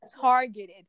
targeted